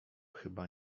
chyba